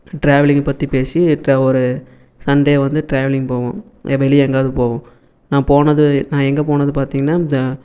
ட்ராவலிங்கை பற்றி பேசி ஒரு சண்டே வந்து ட்ராவலிங் போவோம் இல்லை வெளியே எங்காவது போவோம் நான் போனது நான் எங்கே போனது பார்த்தீங்கன்னா இந்த